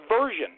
version